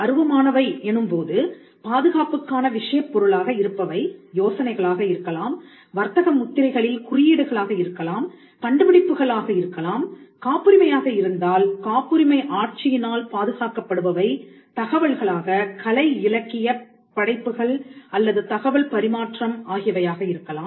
அருவமானவை எனும்போது பாதுகாப்புக்கான விஷயப் பொருளாக இருப்பவை யோசனைகள் ஆக இருக்கலாம் வர்த்தக முத்திரைகளில் குறியீடுகளாக இருக்கலாம் கண்டுபிடிப்புகள் ஆக இருக்கலாம்காப்புரிமையாக இருந்தால் காப்புரிமை ஆட்சியினால் பாதுகாக்கப்படுபவை தகவல்களாக கலை இலக்கியப் படைப்புக்கள் அல்லது தகவல் பரிமாற்றம் ஆகியவையாக இருக்கலாம்